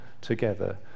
together